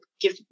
give